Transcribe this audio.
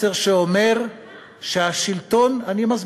מסר שאומר שהשלטון, במה?